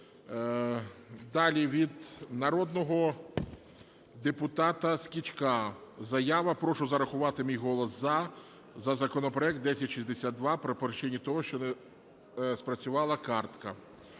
Далі, від народного депутата Скічка заява. Прошу зарахувати мій голос "за" за законопроект 1062 по причині того, що не спрацювала картка.